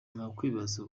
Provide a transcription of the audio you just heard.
wakwibaza